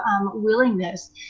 willingness